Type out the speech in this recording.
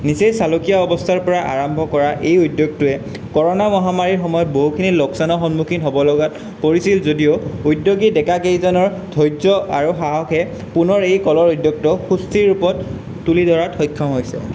নিজেই চালুকীয়া অৱস্থাৰ পৰা আৰম্ভ কৰা এই উদ্যোগটোৱে কৰণা মহামাৰীৰ সময়ত বহুখিনি লোকচানৰ সন্মুখীন হ'ব লগাত পৰিছিল যদিও উদ্যোগী ডেকাকেইজনৰ ধৈৰ্য্য় আৰু সাহসে পুনৰ এই কলৰ উদ্যোগটো সুস্থিৰ ৰূপত তুলি ধৰাত সক্ষম হৈছে